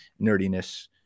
nerdiness